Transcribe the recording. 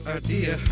idea